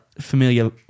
familiar